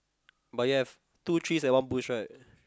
but you have two trees and one bush right